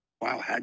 Wow